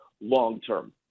long-term